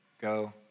go